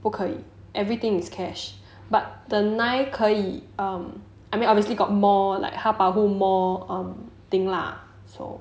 不可以 everything cash but the nine 可以 um I mean obviously got more like 他保护 more thing lah so